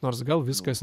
nors gal viskas